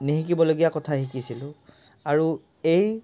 নিশিকিবলগীয়া কথা শিকিছিলোঁ আৰু এই